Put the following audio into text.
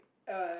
uh